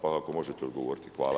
Pa ako možete odgovoriti.